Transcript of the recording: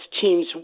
teams